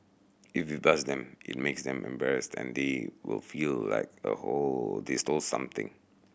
if you buzz them it makes them embarrassed and they will feel like a stole something